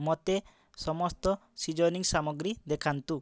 ମୋତେ ସମସ୍ତ ସିଜନିଙ୍ଗ୍ ସାମଗ୍ରୀ ଦେଖାନ୍ତୁ